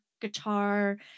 guitar